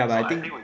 ya but I think